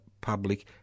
public